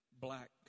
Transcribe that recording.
black